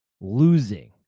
losing